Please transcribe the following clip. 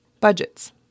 budgets